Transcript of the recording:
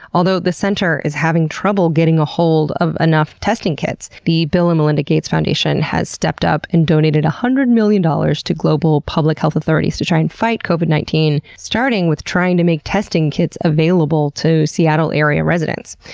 although the center is having trouble getting ahold of enough testing kits, the bill and melinda gates foundation has stepped up and donated one hundred million dollars to global public health authorities to try and fight covid nineteen starting with trying to make testing kits available to seattle area residents.